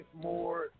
more